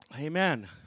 Amen